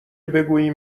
بگوییم